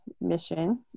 mission